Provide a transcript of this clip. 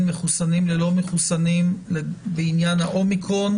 מחוסנים ללא מחוסנים בעניין ה-אומיקרון,